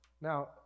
Now